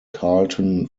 carlton